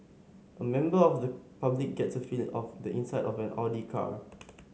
a member of the public gets a feel of the inside of an Audi car